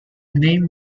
name